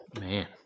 Man